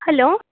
hello